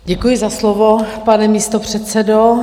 Děkuji za slovo, pane místopředsedo.